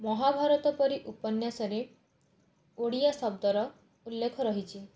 ମହାଭାରତ ପରି ଉପନ୍ୟାସରେ ଓଡ଼ିଆ ଶବ୍ଦର ଉଲ୍ଲେଖ ରହିଛି